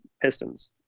pistons